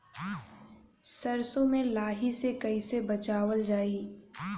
सरसो में लाही से कईसे बचावल जाई?